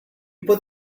put